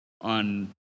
on